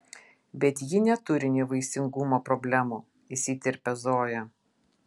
bet ji neturi nevaisingumo problemų įsiterpia zoja